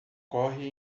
corre